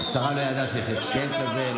השרה לא ידעה שיש הסכם כזה.